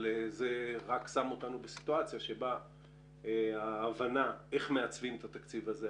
זה שם אותנו בסיטואציה שההבנה איך מעצבים את התקציב הזה,